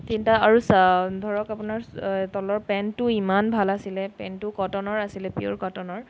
তিনিটা আৰু ধৰক আপোনাৰ তলৰ পেনটো ইমান ভাল আছিলে পেনটো কটনৰ আছিলে পিয়'ৰ কটনৰ